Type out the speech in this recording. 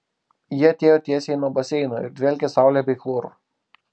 ji atėjo tiesiai nuo baseino ir dvelkė saule bei chloru